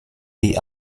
die